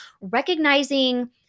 recognizing